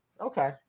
okay